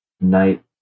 Night